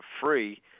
free